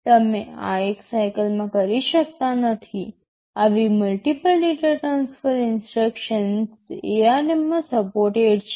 તમે આ એક સાઇકલમાં કરી શકતા નથી આવી multiple data transfer instructions ARM માં સપોર્ટેડ છે